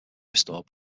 restored